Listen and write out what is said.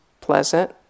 pleasant